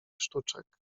sztuczek